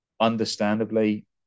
understandably